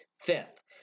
Fifth